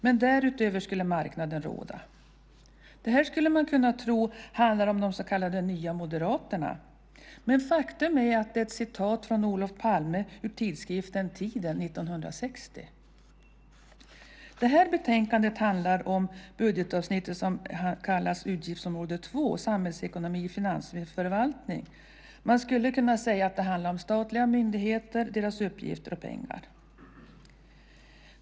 Men därutöver skulle marknaden råda." Man skulle kunna tro att detta handlar om de så kallade nya Moderaterna. Men faktum är att det är ett citat från en artikel av Olof Palme ur tidskriften Tiden från 1960. Det här betänkandet handlar det budgetavsnitt som handlar om utgiftsområde 2, Samhällsekonomi och finansförvaltning. Man skulle kunna säga att det handlar om statliga myndigheter, deras uppgifter och pengar.